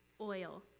oil